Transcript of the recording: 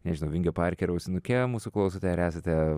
nežinau vingio parke ar ausinuke mūsų klausote ar esate